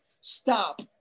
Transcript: Stop